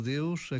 Deus